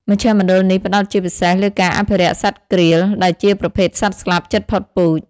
មជ្ឈមណ្ឌលនេះផ្តោតជាពិសេសលើការអភិរក្សសត្វក្រៀល ដែលជាប្រភេទសត្វស្លាបជិតផុតពូជ។